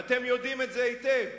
ואתם יודעים את זה היטב.